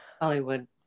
Hollywood